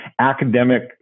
academic